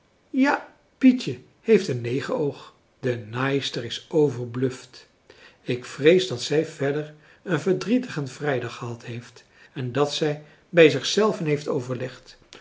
ja pietje heeft een negenoog de naaister is overbluft ik vrees dat zij verder een verdrietigen vrijdag gehad heeft en dat zij bij zich zelve heeft overlegd